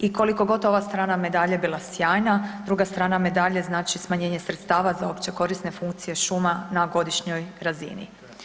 I koliko god ova strana medalje bila sjajna, druga strana medalje znači smanjenje sredstava za opće korisne funkcije šuma na godišnjoj razini.